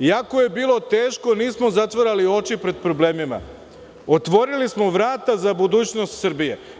iako je bilo teško nismo zatvarali oči pred problemima, otvorili smo vrata za budućnost Srbije.